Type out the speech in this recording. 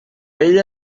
ella